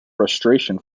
frustration